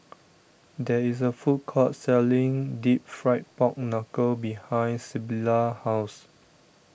there is a food court selling Deep Fried Pork Knuckle behind Sybilla's house